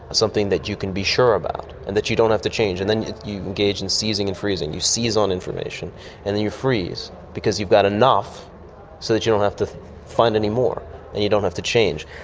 something that you can be sure about and that you don't have to change, and then you can engage in seizing and freezing, you seize on information and then you freeze because you've got enough so that you don't have to find any more and you don't have to change.